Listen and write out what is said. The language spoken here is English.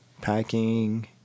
packing